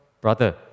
brother